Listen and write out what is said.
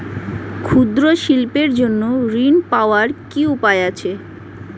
ক্ষুদ্র শিল্পের জন্য ঋণ পাওয়ার কি উপায় আছে?